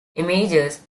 images